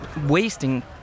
wasting